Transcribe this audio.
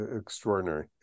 extraordinary